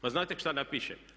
Pa znate šta napišem?